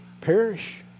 perish